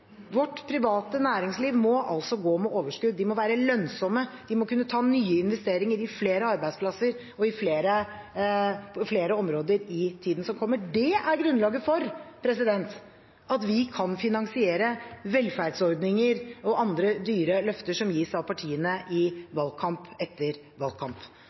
Vårt private næringsliv må gå med overskudd. De må være lønnsomme, de må kunne ta nye investeringer i flere arbeidsplasser og på flere områder i tiden som kommer. Det er grunnlaget for at vi kan finansiere velferdsordninger og andre dyre løfter som gis av partiene i valgkamp etter valgkamp.